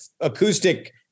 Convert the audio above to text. acoustic